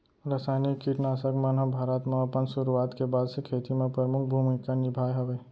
रासायनिक किट नाशक मन हा भारत मा अपन सुरुवात के बाद से खेती मा परमुख भूमिका निभाए हवे